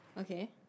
Okay